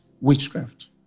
witchcraft